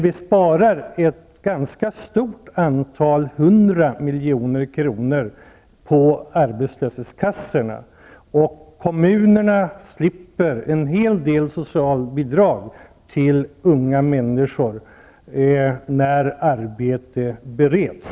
Vi sparar dock ganska många hundra miljoner kronor på arbetslöshetskassorna. När arbete bereds slipper kommunerna också betala ut en hel del socialbidrag till unga människor.